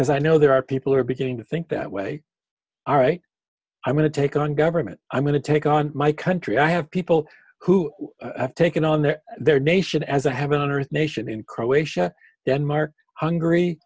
as i know there are people are beginning to think that way all right i'm going to take on government i'm going to take on my country i have people who have taken on their their nation as a heaven on earth nation in croatia denmark hungary